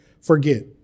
forget